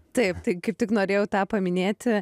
taip tai kaip tik norėjau tą paminėti